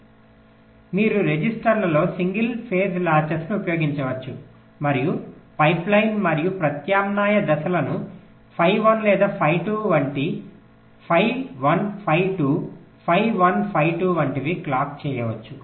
కాబట్టి మీరు రిజిస్టర్లలో సింగిల్ ఫేజ్ లాచెస్ను ఉపయోగించవచ్చు మరియు పైప్లైన్ మరియు ప్రత్యామ్నాయ దశలను ఫై 1 లేదా ఫై 2 వంటి ఫై 1 ఫై 2 ఫై 1 ఫై 2 వంటివి క్లాక్ చేయవచ్చు